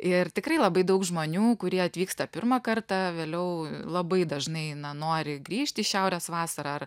ir tikrai labai daug žmonių kurie atvyksta pirmą kartą vėliau labai dažnai na nori grįžt į šiaurės vasarą ar